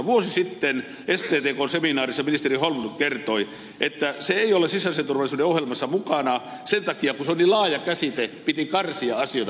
vuosi sitten sttkn seminaarissa ministeri holmlund kertoi että se ei ole sisäisen turvallisuuden ohjelmassa mukana sen takia kun se on niin laaja käsite piti karsia asioita pois